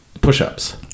push-ups